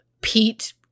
Pete